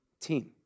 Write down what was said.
team